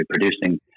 producing